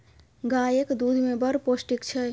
गाएक दुध मे बड़ पौष्टिक छै